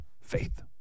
Faith